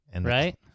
Right